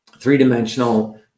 three-dimensional